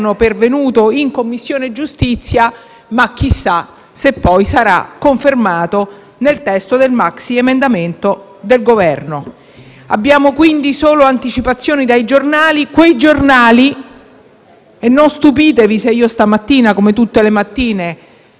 ma chissà se poi sarà confermato nel testo del maxiemendamento del Governo. Abbiamo, quindi, solo anticipazioni dai giornali, quei giornali (e non stupitevi se io stamattina, come tutte le mattine, ho letto anche il *blog*